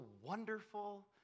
wonderful